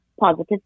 positive